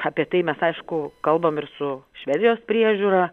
apie tai mes aišku kalbam ir su švedijos priežiūra